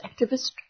activist